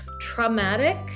traumatic